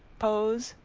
pose,